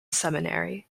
seminary